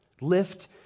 Lift